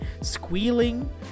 squealing